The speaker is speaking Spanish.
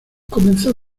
comenzó